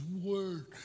word